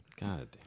God